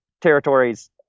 territories